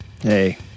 Hey